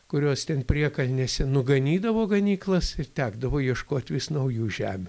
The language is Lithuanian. kurios priekalnėse nuganydavo ganyklas ir tekdavo ieškot vis naujų žemių